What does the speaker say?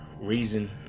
reason